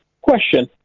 Question